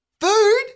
food